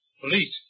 Police